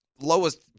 lowest